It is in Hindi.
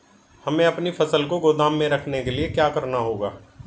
हमें अपनी फसल को गोदाम में रखने के लिये क्या करना होगा?